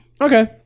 Okay